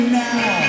now